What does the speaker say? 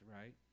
right